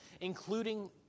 including